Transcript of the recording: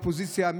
אופוזיציה,